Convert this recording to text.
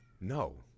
no